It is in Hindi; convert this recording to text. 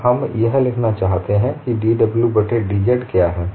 और हम यह लिखना चाहते हैं कि dw बट्टे dz क्या है